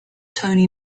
tony